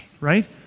right